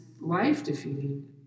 life-defeating